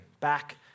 back